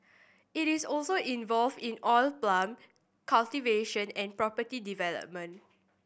it is also involved in oil palm cultivation and property development